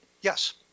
Yes